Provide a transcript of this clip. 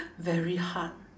very hard